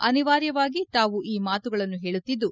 ಅನಿವಾರ್ಯವಾಗಿ ತಾವು ಈ ಮಾತುಗಳನ್ನು ಹೇಳುತ್ತಿದ್ದು